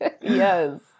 Yes